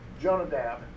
Jonadab